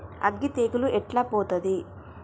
అగ్గి తెగులు ఎట్లా పోతది?